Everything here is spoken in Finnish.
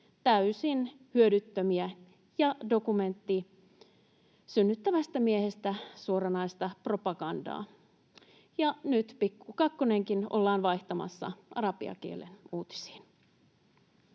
täysin hyödyttömiä ja dokumentti synnyttävästä miehestä suoranaista propagandaa. Ja nyt Pikku Kakkonenkin ollaan vaihtamassa arabiankielisiin uutisiin.